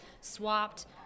swapped